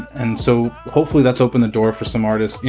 and so hopefully that's open the door for some artists. you